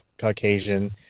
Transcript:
Caucasian